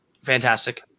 fantastic